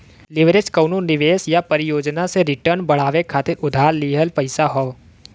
leverage कउनो निवेश या परियोजना से रिटर्न बढ़ावे खातिर उधार लिहल पइसा हौ